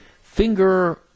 finger